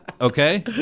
Okay